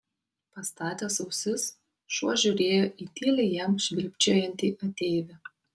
pastatęs ausis šuo žiūrėjo į tyliai jam švilpčiojantį ateivį